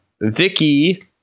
Vicky